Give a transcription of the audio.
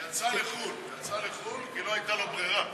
היא יצאה לחו"ל, יצאה לחו"ל כי לא הייתה לה ברירה.